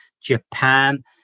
Japan